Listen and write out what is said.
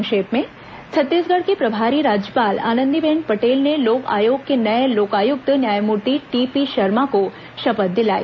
संक्षिप्त समाचार छत्तीसगढ़ की प्रभारी राज्यपाल आनंदीबेन पटेल ने लोक आयोग के नए लोकायुक्त न्यायमूर्ति टीपी शर्मा को शपथ दिलाई